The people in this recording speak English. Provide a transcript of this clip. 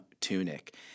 tunic